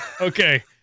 Okay